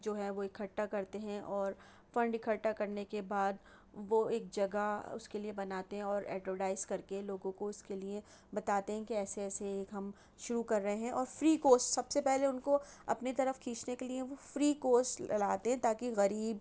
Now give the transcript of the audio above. جو ہے وہ اِکھٹا کرتے ہیں اور فنڈ اِکھٹا کرنے کے بعد وہ ایک جگہ اُس کے لیے بناتے ہیں اور ایڈورٹائز کر کے لوگوں کو اِس کے لیے بتاتے ہیں کہ ایسے ایسے ہم شروع کر رہے ہیں اور فری کوسٹ سب سے پہلے اُن کو اپنی طرف کھینچنے کے لیے وہ فری کوسٹ لاتے ہیں تاکہ غریب